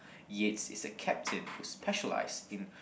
Yates is a captain who specialize in